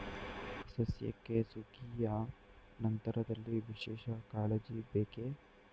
ಸಸ್ಯಕ್ಕೆ ಸುಗ್ಗಿಯ ನಂತರದಲ್ಲಿ ವಿಶೇಷ ಕಾಳಜಿ ಬೇಕೇ?